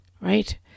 right